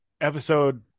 Episode